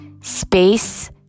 space